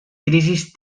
crisis